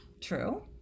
True